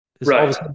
Right